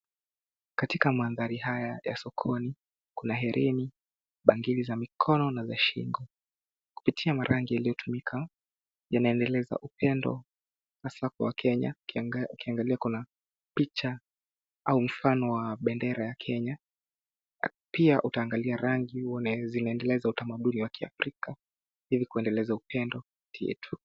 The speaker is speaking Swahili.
Katika mandhari haya ya sokoni, kuna herini, bangili za mikono na za shingo. Kupitia marangi yaliyotumika, yanaendeleza upendo hasa kwa wakenya, ukianga ukiangalia kuna picha au mfano wa bendera ya Kenya, pia utaangalia rangi uone zinaendeleza utamaduni wa kiafrika ili kuendeleza upendo ti yetu.